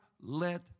let